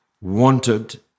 wanted